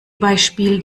beispiel